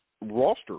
roster